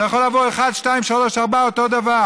אתה יכול לעבור: 1, 2, 3 ו-4, וזה אותו דבר.